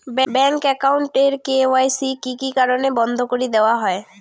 Bank account এর KYC কি কি কারণে বন্ধ করি দেওয়া হয়?